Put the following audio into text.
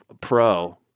pro